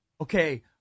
okay